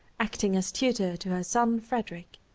acting as tutor to her son, frederic.